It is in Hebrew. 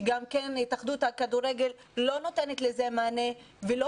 והתאחדות הכדורגל לא נותנת לזה מענה ולא